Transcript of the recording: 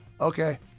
okay